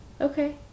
Okay